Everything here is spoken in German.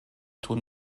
tun